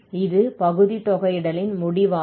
இது பகுதி தொகையிடலின் முடிவாகும்